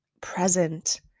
present